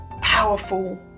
powerful